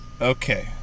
Okay